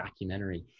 documentary